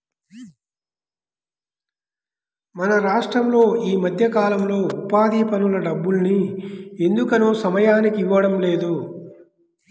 మన రాష్టంలో ఈ మధ్యకాలంలో ఉపాధి పనుల డబ్బుల్ని ఎందుకనో సమయానికి ఇవ్వడం లేదు